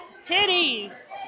Titties